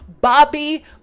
Bobby